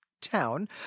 town